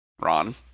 Ron